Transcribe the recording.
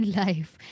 life